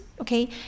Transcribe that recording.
okay